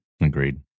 Agreed